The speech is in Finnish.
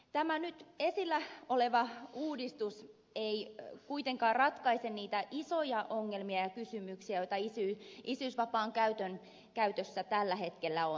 tämä nyt esillä oleva uudistus ei kuitenkaan ratkaise niitä isoja ongelmia ja kysymyksiä joita isyysvapaan käytössä tällä hetkellä on